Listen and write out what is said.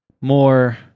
more